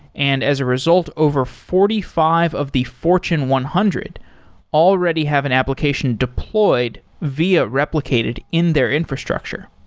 and as a result, over forty five of the fortune one hundred already have an application deployed via replicated in their infrastructure.